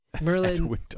Merlin